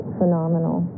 phenomenal